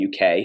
UK